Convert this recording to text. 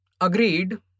Agreed